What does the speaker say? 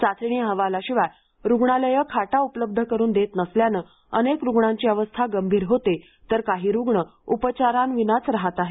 चाचणी अहवालाशिवाय रूग्णालये खाटा उपलब्ध करून देत नसल्याने अनेक रुग्णांची अवस्था गंभीर होते तर काही रुग्ण उपचाराविनाच राहत आहेत